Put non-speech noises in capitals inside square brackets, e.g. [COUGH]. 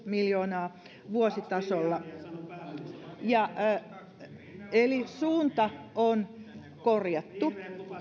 [UNINTELLIGIBLE] miljoonaa vuositasolla eli suunta on korjattu